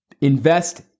Invest